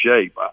shape